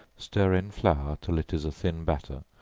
stir in flour till it is a thin batter,